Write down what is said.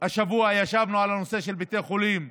השבוע ישבנו על הנושא של בתי חולים בדרום.